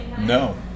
No